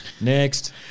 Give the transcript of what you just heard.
Next